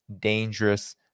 dangerous